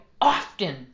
often